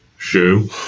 shoe